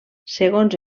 segons